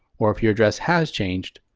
or if your address has changed,